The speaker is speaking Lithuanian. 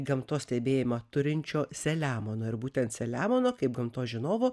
gamtos stebėjimą turinčio selemono ir būtent selemono kaip gamtos žinovo